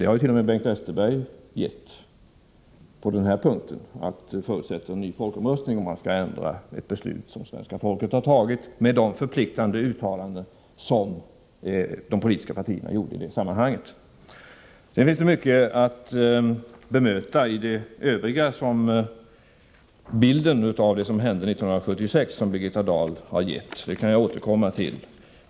T. o. m. Bengt Westerberg har sagt att det behövs en ny folkomröstning på den här punkten om man skall ändra ett beslut som svenska folket har fattat — med de förpliktande uttalanden som de politiska partierna gjorde i det sammanhanget. Det finns mycket att bemöta i den bild av vad som hände 1976 som Birgitta Dahl har gett. Det kan jag återkomma till.